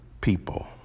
people